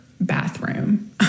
bathroom